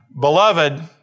Beloved